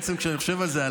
בעצם כשאני חושב על זה,